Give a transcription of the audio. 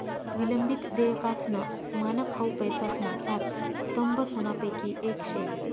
विलंबित देयकासनं मानक हाउ पैसासना चार स्तंभसनापैकी येक शे